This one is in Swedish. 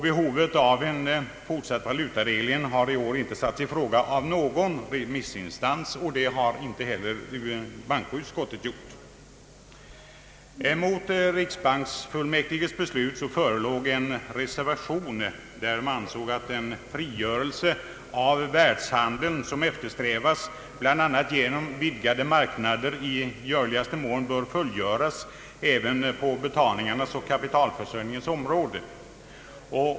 Behovet av fortsatt valutareglering har i år inte satts i fråga av någon remissinstans, och det har inte heller bankoutskottet gjort. Mot riksbanksfullmäktiges beslut förelåg en reservation, i vilken reservanterna ansåg att den frigörelse av världshandeln som eftersträvas bl.a. genom vidgade marknader i görligaste mån bör fullgöras även på betalningarnas och kapitalförsörjningens område.